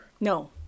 No